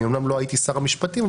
אני אומנם לא הייתי שר המשפטים,